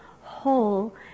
whole